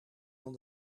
van